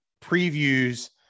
previews